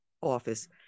office